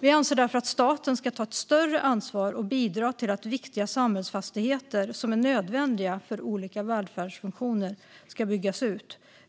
Vi anser därför att staten ska ta ett större ansvar och bidra till att viktiga samhällsfastigheter som är nödvändiga för olika välfärdsfunktioner ska byggas ut.